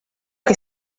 che